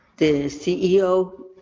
the ceo.